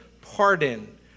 pardon